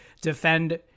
defend